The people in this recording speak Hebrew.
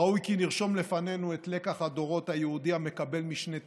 ראוי כי נרשום בפנינו את לקח הדורות היהודי המקבל משנה תוקף: